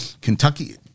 Kentucky